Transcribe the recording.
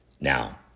Now